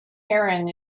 aaron